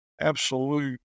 absolute